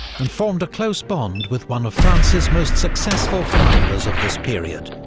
and formed a close bond with one of france's most successful commanders of this period,